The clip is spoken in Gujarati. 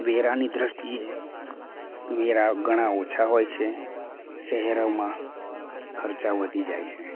વેરાની દૃષ્ટિએ વેરા ઘણાં ઓછા હોય છે શહેરોમાં ખર્ચા વધી જાય છે